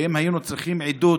ואם היינו צריכים עדות,